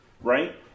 right